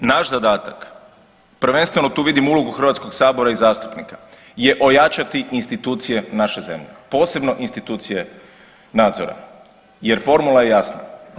Naš zadatak, prvenstveno tu vidim ulogu HS i zastupnika, je ojačati institucije naše zemlje, posebno institucije nadzora jer formula je jasna.